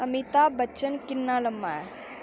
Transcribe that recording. अमिताभ बच्चन किन्ना लम्मा ऐ